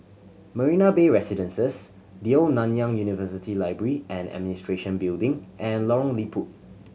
Marina Bay Residences The Old Nanyang University Library and Administration Building and Lorong Liput